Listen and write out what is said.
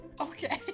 Okay